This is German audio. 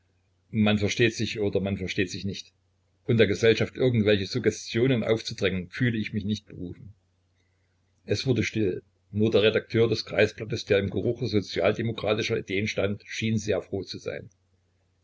man versteht sich oder man versteht sich nicht und der gesellschaft irgendwelche suggestionen aufzudrängen fühle ich mich nicht berufen es wurde still nur der redakteur des kreisblattes der im gerüche sozialdemokratischer ideen stand schien sehr froh zu sein